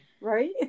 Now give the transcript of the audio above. right